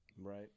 Right